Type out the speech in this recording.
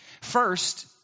First